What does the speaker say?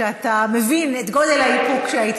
שאתה מבין את גודל את האיפוק שהייתי